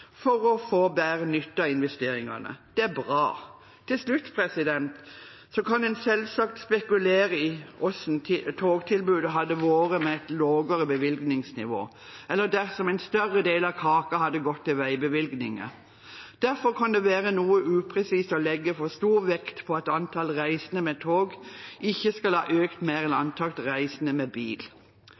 for å få bedre nytte av investeringene. Det er bra. Til slutt: En kan selvsagt spekulere i hvordan togtilbudet hadde vært med et lavere bevilgningsnivå, eller dersom en større del av kaka hadde gått til veibevilgninger. Derfor kan det være noe upresist å legge for stor vekt på at antall reisende med tog ikke skal ha økt mer enn antall reisende med bil.